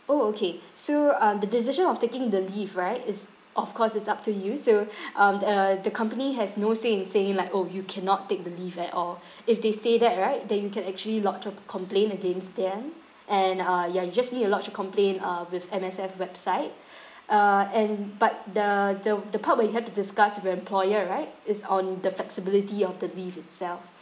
orh okay so um the decision of taking the leave right is of course is up to you so um uh the company has no say in saying like orh you cannot take the leave at all if they say that right then you can actually lodge a complaint against them and uh ya you just need to lodge a complaint uh with M_S_F website uh and but the the the part where you have to discuss with your employer right is on the flexibility of the leave itself